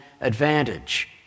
advantage